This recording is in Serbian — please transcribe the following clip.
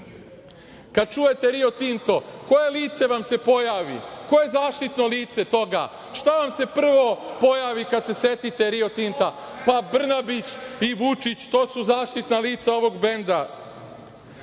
kad čujete Rio Tinto, koje lice vam se pojavi? Ko je zaštitno lice toga? Šta vam se prvo pojavi kad se setite Rio Tinta? Pa, Brnabić i Vučić. To su zaštitna lica ovog